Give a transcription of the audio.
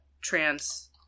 trans